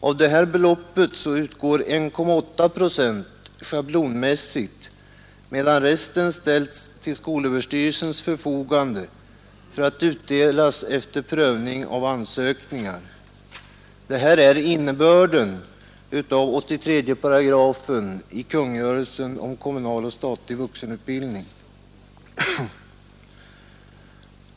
Av detta belopp utgår 1,8 procent schablonmässigt, medan resten ställs till skolöverstyrelsens förfogande för att utdelas efter prövning av ansökningar. — Detta är innebörden av 83 § i kungörelsen om kommunal och statlig vuxenutbildning.